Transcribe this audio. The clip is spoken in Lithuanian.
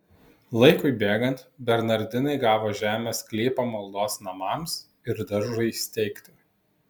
laikui bėgant bernardinai gavo žemės sklypą maldos namams ir daržui įsteigti